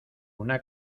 una